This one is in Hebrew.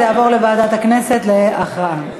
זה יעבור לוועדת הכנסת להכרעה.